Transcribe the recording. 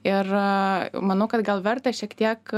ir manau kad gal verta šiek tiek